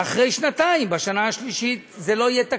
אחרי שנתיים, בשנה השלישית זה לא יהיה תקף.